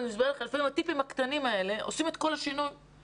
הטיפים הקטנים האלה עושים את כל השינוי